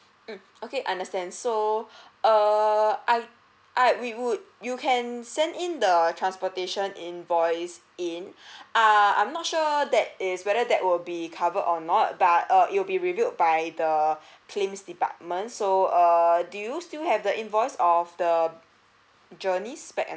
mm okay understand so err I I'd we would you can send in the transportation invoice in err I'm not sure that is whether that will be covered or not but err it will be revealed by the claims department so err do you still have the invoice of the journeys back and